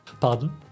Pardon